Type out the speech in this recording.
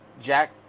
Jack